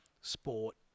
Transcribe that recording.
sport